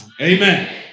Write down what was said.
Amen